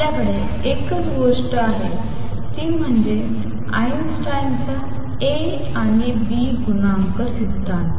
आपल्याकडे एकच गोष्ट आहे ती म्हणजे आइन्स्टाईनचा a आणि b गुणांक सिद्धांत